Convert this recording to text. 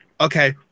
okay